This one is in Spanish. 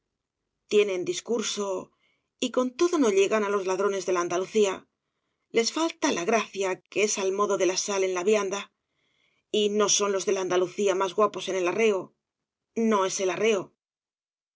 tienen discurso y con todo no llegan á los ladrones de la andalucía les falta la gracia que es al modo de la sal en la vianda y no son los de la andalucía más guapos en el arreo no es el arreo los